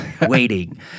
waiting